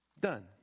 done